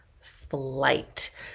flight